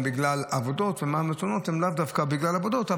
בגלל עבודות ואילו מהתאונות הן לאו דווקא בגלל עבודות.